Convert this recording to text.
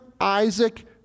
Isaac